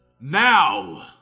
Now